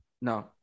no